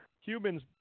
Humans